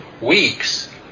weeks